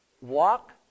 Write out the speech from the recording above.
Walk